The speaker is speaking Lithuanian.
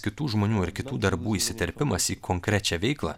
kitų žmonių ar kitų darbų įsiterpimas į konkrečią veiklą